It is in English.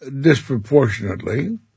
disproportionately